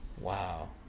wow